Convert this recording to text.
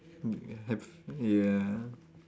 m~ have ya